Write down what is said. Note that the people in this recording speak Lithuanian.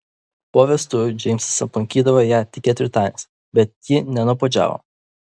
po vestuvių džeimsas aplankydavo ją tik ketvirtadieniais bet ji nenuobodžiavo